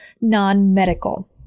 non-medical